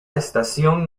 estación